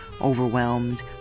overwhelmed